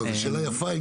זו שאלה יפה.